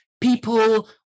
people